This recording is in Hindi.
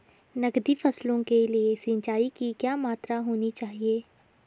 नकदी फसलों के लिए सिंचाई की क्या मात्रा होनी चाहिए?